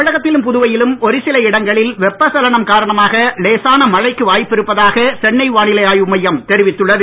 தமிழகத்திலும் புதுவையிலும் ஒருசில இடங்களில் வெப்பச்சலனம் காரணமாக லேசான மழைக்கு வாய்ப்பிருப்பதாக சென்னை வானிலை ஆய்வு மையம் தெரிவித்துள்ளது